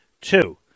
Two